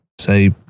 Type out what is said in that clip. say